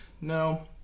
no